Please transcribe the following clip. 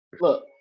look